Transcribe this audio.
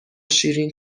شیرین